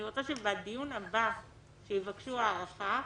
אני רוצה שבדיון הבא שבו יבקשו הארכה,